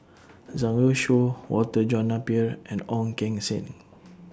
Zhang Youshuo Walter John Napier and Ong Keng Sen